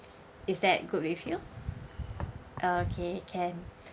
is that good with you okay can